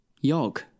YOG